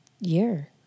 year